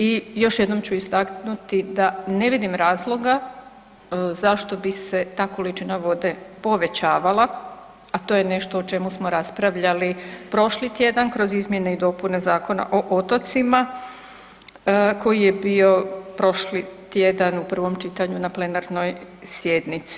I još jednom ću istaknuti da ne vidim razloga zašto bi se ta količina vode povećavala, a to je nešto o čemu smo raspravljali prošli tjedan kroz izmjene i dopune Zakona o otocima koji je bio prošli tjedan u prvom čitanju na plenarnoj sjednici.